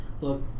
Look